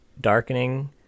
darkening